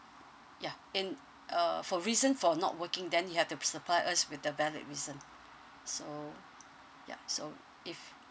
ya in uh for reason for not working then you have to supply us with a valid reason so ya so if